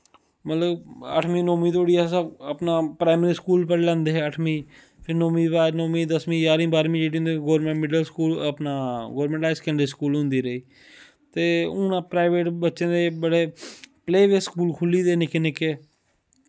मतलव अठमीं नौमीं तोड़ी अस अपनै प्राईमरी स्कूल पढ़ी लैंदे हे अठमीं फिर नौमीं दे बाद नौमीं दसमीं जारमीं बाह्नमीं जेह्ड़ी हौंदी गौरमैंट मिड़ल स्कूल अपना गौरमैंट हाई स्कैंडरी स्कूल होंदी रेही ते हून प्राईवेट बच्चें दे बड़े प्ले बे स्कूल खुल्ली दे निक्के निक्के